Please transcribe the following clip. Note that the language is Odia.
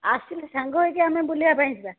ଆସିଲେ ସାଙ୍ଗ ହୋଇକି ଆମେ ବୁଲିବା ପାଇଁ ଯିବା